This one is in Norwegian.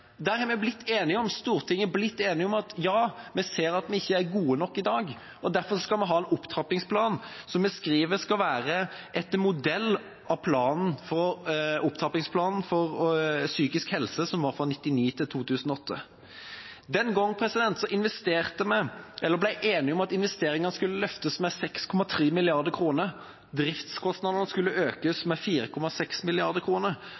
Der har vi blitt enige på Stortinget om at vi ser at vi ikke er gode nok i dag, og derfor skal vi ha en opptrappingsplan, som vi skriver skal være «etter modell av opptrappingsplan for psykisk helse», fra 1999–2008. Den gang ble vi enige om at investeringene skulle løftes med 6,3 mrd. kr, driftskostnadene skulle økes med 4,6